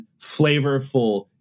flavorful